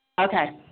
Okay